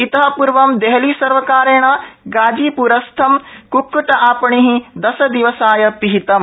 इत पूर्वं देहलीसर्वकारेण गाजीपुरस्थं कुक्कुट आपणि दशदिवसाय पिहितम्